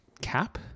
cap